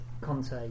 Conte